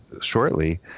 shortly